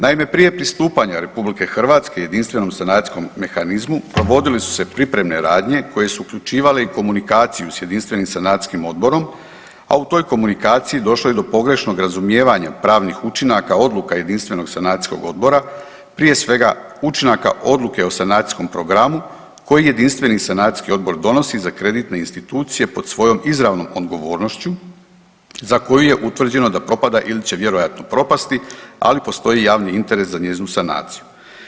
Naime, prije pristupanja RH Jedinstvenom sanacijskom mehanizmu provodile su se pripremne radnje koje su uključivale i komunikaciju s Jedinstvenim sanacijskim odborom, a u toj komunikaciji došlo je do pogrešnog razumijevanja pravnih učinaka odluka Jedinstvenog sanacijskog odbora, prije svega učinaka odluke o sanacijskom programu koji Jedinstveni sanacijski odbor donosi za kreditne institucije pod svojom izravnom odgovornošću za koju je utvrđeno da propada ili će vjerojatno propasti, ali postoji javni interes za njezinu sanaciju.